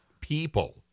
people